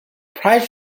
prior